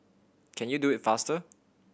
can you do it faster